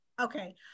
Okay